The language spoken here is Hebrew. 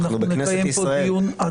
אנחנו נקיים פה דיון -- אנחנו בכנסת ישראל,